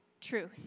truth